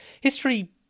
History